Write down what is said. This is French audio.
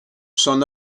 s’en